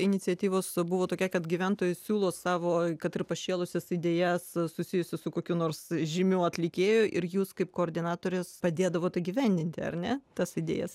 iniciatyvos buvo tokia kad gyventojai siūlo savo kad ir pašėlusias idėjas susijusių su kokiu nors žymiu atlikėju ir jūs kaip koordinatorės padėdavot įgyvendinti ar ne tas idėjas